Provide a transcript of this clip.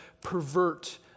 pervert